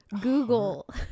google